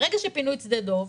ברגע שפינו את שדה דב,